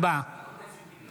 משתתף בהצבעה